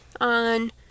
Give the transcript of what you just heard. on